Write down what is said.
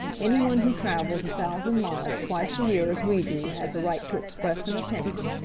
anyone who travels a thousand miles twice a year as we do has a right to express an opinion,